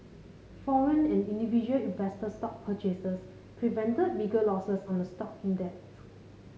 foreign and individual investor stock purchases prevented bigger losses on the stock index